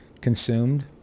consumed